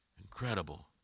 incredible